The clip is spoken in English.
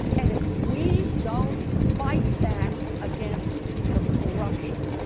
and if we don't fight back against the corruption,